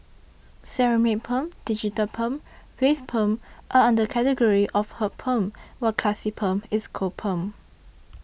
ceramic perm digital perm wave perm are under category of hot perm while classic perm is cold perm